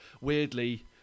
weirdly